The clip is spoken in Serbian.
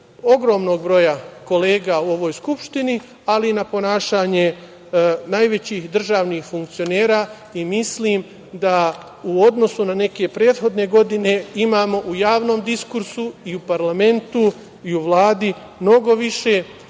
ogromnog broja kolega u ovoj Skupštini ali i na ponašanje najvećih državnih funkcionera i mislim da u odnosu neke prethodne godine imamo u javnom diskursu i u parlamentu i u Vladi mnogo više